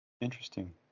Interesting